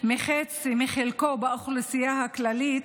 מחצי מחלקו באוכלוסייה הכללית,